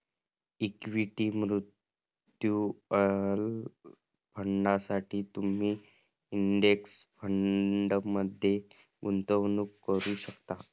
equity mutual फंडांसाठी तुम्ही index फंडमध्ये गुंतवणूक करू शकता